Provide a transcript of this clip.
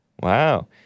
Wow